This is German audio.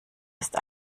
ist